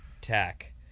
tech